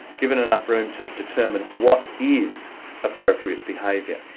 given enough room to determine what is appropriate behaviour.